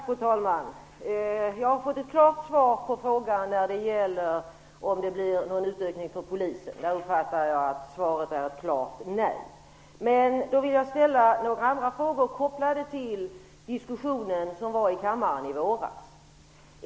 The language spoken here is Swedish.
Fru talman! Jag har fått ett klart svar på frågan om huruvida det blir någon utökning av polisens resurser. Där uppfattade jag att svaret är ett klart nej. Men jag vill då ställa några andra frågor kopplade till den diskussion som ägde rum i kammaren i våras.